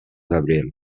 gabriel